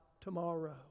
tomorrow